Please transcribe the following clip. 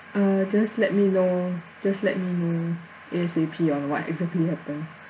uh just let me know just let me know A_S_A_P on what exactly happened